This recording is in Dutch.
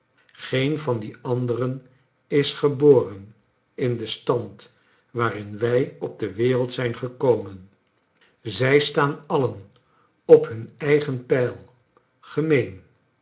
geen van die anderen is geboren in den stand waarin wij op de wereld zijn gekomen zij staan alien op hun eigen peil gemeen